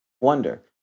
Wonder